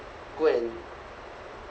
go and